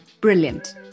brilliant